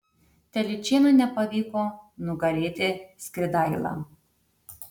telyčėnui nepavyko nugalėti skridailą